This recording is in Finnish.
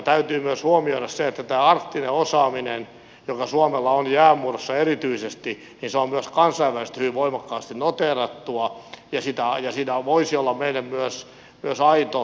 täytyy myös huomioida että tämä arktinen osaaminen joka suomella on jäänmurrossa erityisesti niin se on myös kansainvälisesti hyvin voimakkaasti noteerattua ja siinä voisi olla meille myös aito vientimahdollisuus